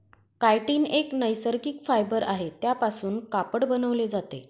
chitin एक नैसर्गिक fibre आहे त्यापासून कापड बनवले जाते